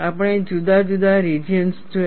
આપણે જુદા જુદા રિજિયન્સ જોયા